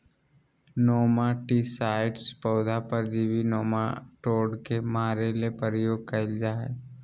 nematicides पौधा परजीवी nematode के मारे ले प्रयोग कयल जा हइ